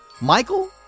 Michael